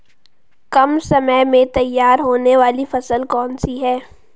कम समय में तैयार होने वाली फसल कौन सी है?